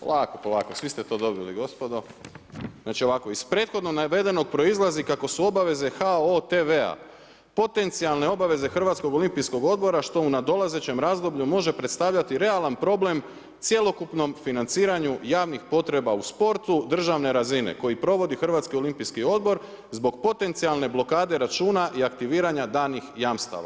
Polako, polako svi ste to dobili gospodo, znači ovako „iz prethodno navedenog proizlazi kako su obaveze HOO TV-a potencijalne obaveze HOO-a što u nadolazećem razdoblju može predstavljati realan problem cjelokupnom financiranju javnih potreba u sportu državne razine koji provodi HOO zbog potencijalne blokade računa i aktiviranja danih jamstava“